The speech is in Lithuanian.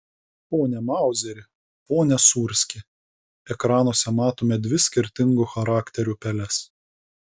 pone mauzeri pone sūrski ekranuose matome dvi skirtingų charakterių peles